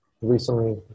recently